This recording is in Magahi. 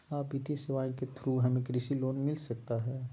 आ वित्तीय सेवाएं के थ्रू हमें कृषि लोन मिलता सकता है?